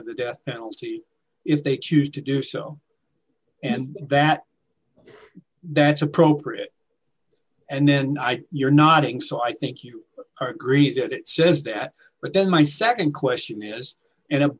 of the death penalty if they choose to do so and that that's appropriate and then you're nodding so i think you are agree that it says that but then my nd question is and it